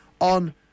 on